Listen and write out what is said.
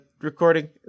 recording